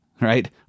right